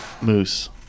Moose